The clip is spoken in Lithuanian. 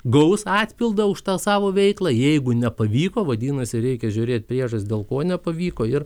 gaus atpildą už tą savo veiklą jeigu nepavyko vadinasi reikia žiūrėt priežastį dėl ko nepavyko ir